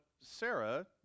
Sarah